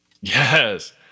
Yes